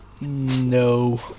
No